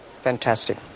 Fantastic